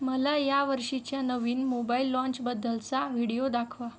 मला या वर्षीच्या नवीन मोबाईल लाँचबद्दलचा व्हिडिओ दाखवा